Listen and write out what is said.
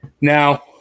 Now